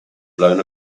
blown